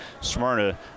Smyrna